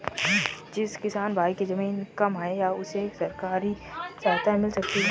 जिस किसान भाई के ज़मीन कम है क्या उसे सरकारी सहायता मिल सकती है?